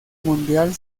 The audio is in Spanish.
mundial